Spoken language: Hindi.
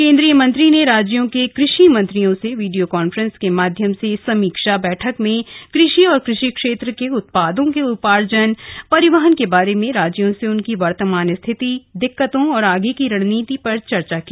केंद्रीय मंत्री ने राज्यों के कृषि मंत्रियों से वीडियो कॉन्फ्रेंसिंग के माध्यम से समीक्षा बैठक में कृषि और कृषि क्षेत्र के उत्पादों के उपार्जन परिवहन के बारे में राज्यों से उनकी वर्तमान स्थिति दिक्कतों और आगे की रणनीति पर चर्चा की